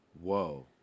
Whoa